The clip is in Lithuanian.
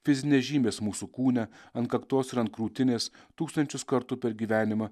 fizinės žymės mūsų kūne ant kaktos ir ant krūtinės tūkstančius kartų per gyvenimą